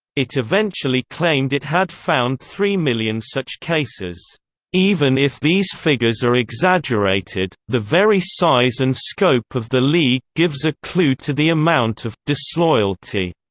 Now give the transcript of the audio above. it eventually claimed it had found three million such cases even if these figures are exaggerated, the very size and scope of the league gives a clue to the amount of disloyalty